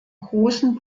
großen